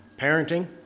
parenting